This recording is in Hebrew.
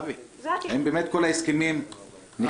אבי, האם באמת כל ההסכמים נחתמו?